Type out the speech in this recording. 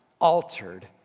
altered